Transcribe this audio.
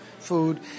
food